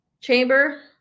chamber